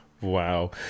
Wow